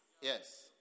Yes